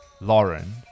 Lauren